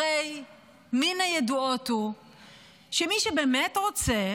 מן הידועות הוא שמי שבאמת רוצה,